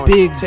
Big